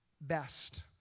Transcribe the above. best